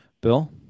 Bill